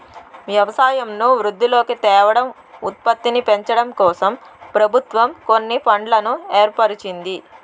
వ్యవసాయంను వృద్ధిలోకి తేవడం, ఉత్పత్తిని పెంచడంకోసం ప్రభుత్వం కొన్ని ఫండ్లను ఏర్పరిచింది